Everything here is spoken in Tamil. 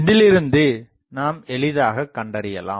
இதிலிருந்து நாம் எளிதாகக் கண்டறியலாம்